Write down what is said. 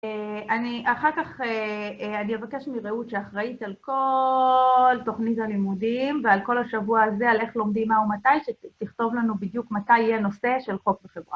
אני אחר כך, אני אבקש מרעות שאחראית על כל תוכנית הלימודיים ועל כל השבוע הזה, על איך לומדים מה ומתי, שתכתוב לנו בדיוק מתי יהיה נושא של חוק בחברה.